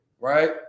right